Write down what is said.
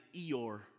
Eeyore